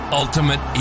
ultimate